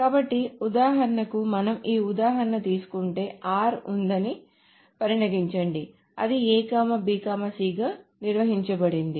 కాబట్టి ఉదాహరణకు మనం ఈ ఉదాహరణ తీసుకుంటే r ఉందని పరిగణించండి అది A B C గా నిర్వచించబడింది